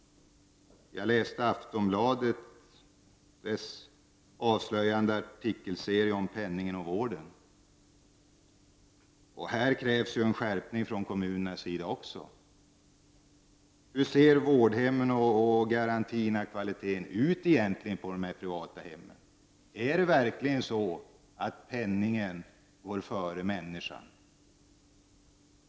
Jag har läst Aftonbladets avslöjande artikelserie om penningen och vården. I detta sammanhang krävs det en skärpning även från kommunernas sida. Hur ser vården och garantierna i fråga om kvaliteten egentligen ut på de privata hemmen? Är det verkligen så, att penningen går före människan?